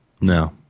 No